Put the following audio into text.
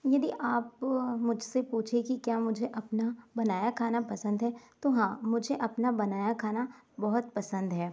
यदि आप मुझसे पूछें कि क्या मुझे अपना बनाया खाना पसंद है तो हाँ मुझे अपना बनाया खाना बहुत पसंद है